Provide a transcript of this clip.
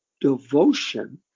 devotion